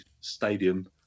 stadium